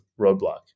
roadblock